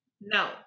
no